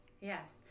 Yes